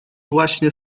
właśnie